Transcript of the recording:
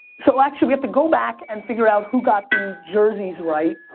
so, actually, we have to go back and figure out who got the jerseys right.